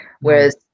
Whereas